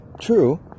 true